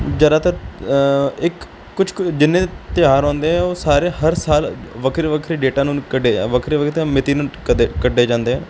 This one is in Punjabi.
ਜ਼ਿਆਦਾਤਰ ਇੱਕ ਕੁਛ ਕੁ ਜਿੰਨੇ ਤਿਉਹਾਰ ਆਉਂਦੇ ਆ ਉਹ ਸਾਰੇ ਹਰ ਸਾਲ ਵੱਖਰੇ ਵੱਖਰੇ ਡੇਟਾਂ ਨੂੰ ਕੱਢੇ ਆ ਵੱਖਰੇ ਵੱਖਰੇ ਅਤੇ ਮਿਤੀ ਨੂੰ ਕਦੇ ਕੱਢੇ ਜਾਂਦੇ